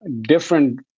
different